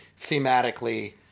thematically